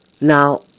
Now